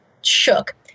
shook